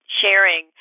sharing